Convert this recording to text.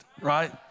right